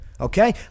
okay